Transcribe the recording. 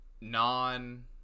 non